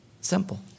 Simple